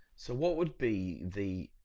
so what would be the,